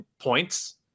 points